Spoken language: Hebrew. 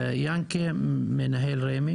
אז ג'מאל תוסיף אם צריך לדייק פה